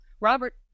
Robert